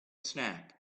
snack